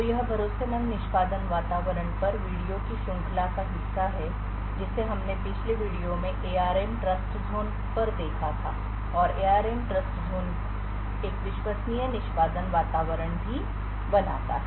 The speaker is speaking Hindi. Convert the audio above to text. तो यह भरोसेमंद निष्पादन वातावरण पर वीडियो की श्रृंखला का हिस्सा है जिसे हमने पिछले वीडियो में एआरएम ट्रस्टज़ोन पर देखा था और एआरएम ट्रस्टज़ोन एक विश्वसनीय निष्पादन वातावरण भी बनाता है